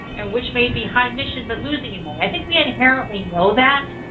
and which may be high mission but losing in money? i think we inherently know that.